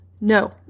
No